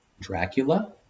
Dracula